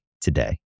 today